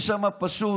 יש שם פשוט